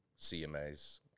CMAs